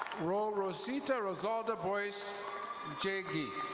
rol rosita rosaldabos jaygee.